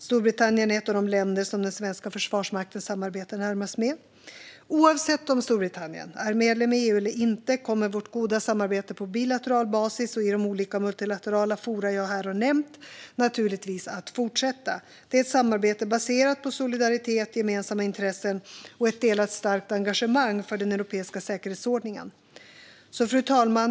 Storbritannien är ett av de länder som den svenska försvarsmakten samarbetar närmast med. Oavsett om Storbritannien är medlem i EU eller inte kommer vårt goda samarbete på bilateral basis och i de olika multilaterala forum jag här har nämnt naturligtvis att fortsätta. Det är ett samarbete baserat på solidaritet, gemensamma intressen och ett delat starkt engagemang för den europeiska säkerhetsordningen. Fru talman!